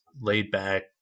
laid-back